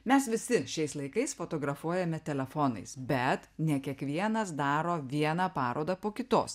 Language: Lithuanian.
mes visi šiais laikais fotografuojame telefonais bet ne kiekvienas daro vieną parodą po kitos